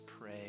pray